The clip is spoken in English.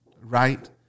right